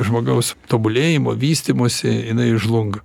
žmogaus tobulėjimo vystymosi jinai žlunga